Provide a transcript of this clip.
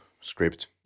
script